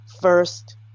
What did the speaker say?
first